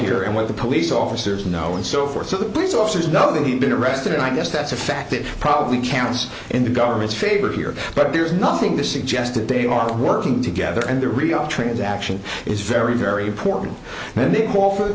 here and what the police officers know and so forth so the police officers know that he's been arrested and i guess that's a fact that probably counts in the government's favor here but there's nothing to suggest that they are working together and the real transaction is very very important and they call for